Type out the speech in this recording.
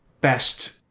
best